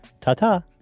Ta-ta